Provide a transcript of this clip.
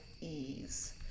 ease